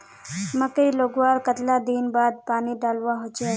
मकई लगवार कतला दिन बाद पानी डालुवा होचे?